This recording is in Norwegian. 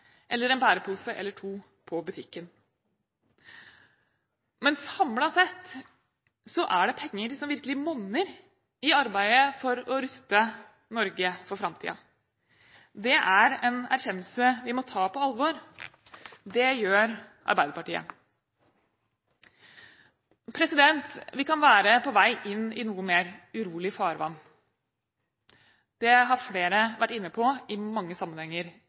eller en bærepose eller to på butikken. Men samlet sett er det penger som virkelig monner i arbeidet for å ruste Norge for framtiden. Det er en erkjennelse vi må ta på alvor. Det gjør Arbeiderpartiet. Vi kan være på vei inn i noe mer urolig farvann. Det har flere vært inne på i mange sammenhenger